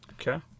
Okay